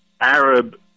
Arab